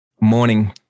morning